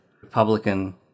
Republican